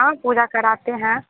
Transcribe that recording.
हाँ पूरा कराते हैं